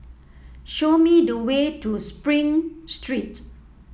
show me the way to Spring Street